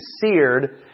seared